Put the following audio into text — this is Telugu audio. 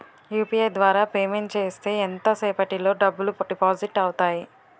యు.పి.ఐ ద్వారా పేమెంట్ చేస్తే ఎంత సేపటిలో డబ్బులు డిపాజిట్ అవుతాయి?